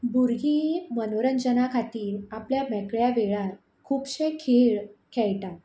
भुरगीं मनोरंजना खातीर आपल्या मेकळ्या वेळार खुबशे खेळ खेळटात